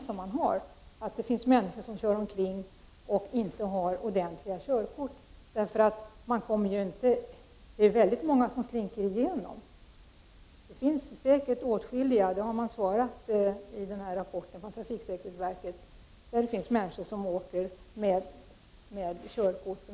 Som det nu är hotas trafiksäkerheten genom att man har detta förfarande och genom att det finns människor som kör omkring utan ordentliga körkort. Det är många som slinker igenom.